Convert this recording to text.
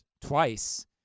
twice –